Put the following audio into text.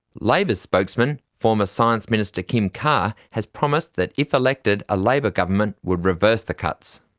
labor's spokesman, former science minister kim carr, has promised that if elected a labor government would reverse the cuts.